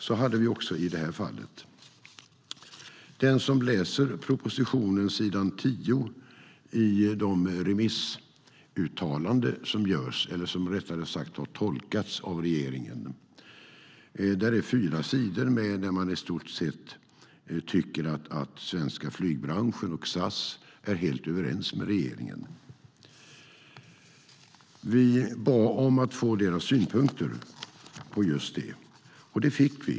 Så hade vi också i det här fallet. På s. 10 i propositionen finns de remissuttalanden som görs eller, rättare sagt, som har tolkats av regeringen. Det är fyra sidor där man i stort sett tycker att den svenska flygbranschen och SAS är helt överens med regeringen. Vi bad om att få deras synpunkter på just det, och det fick vi.